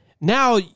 Now